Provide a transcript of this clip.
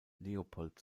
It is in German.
leopold